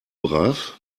brav